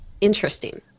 interesting